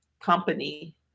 company